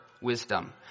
wisdom